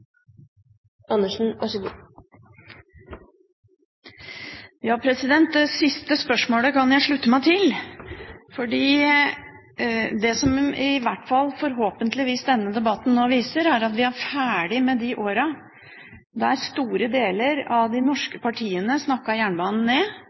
Det siste spørsmålet kan jeg slutte meg til, for det som denne debatten i hvert fall forhåpentligvis nå viser, er at vi er ferdige med de årene der store deler av de